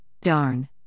darn